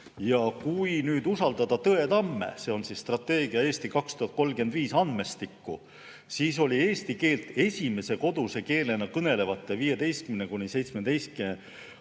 Ja kui nüüd usaldada Tõetamme, see on strateegia "Eesti 2035" andmestikku, siis oli eesti keelt esimese koduse keelena kõnelevate